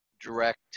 direct